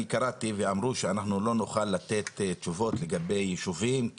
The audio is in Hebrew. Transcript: אני קראתי ואמרו שאנחנו לא נוכל לתת תשובות לגבי ישובים,